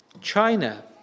China